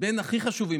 בין הכי חשובים,